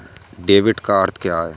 Debit का अर्थ क्या है?